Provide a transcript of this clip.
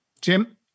Jim